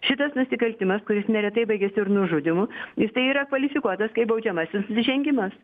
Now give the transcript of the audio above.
šitas nusikaltimas kuris neretai baigiasi ir nužudymu jisai yra kvalifikuotas kaip baudžiamasis nusižengimas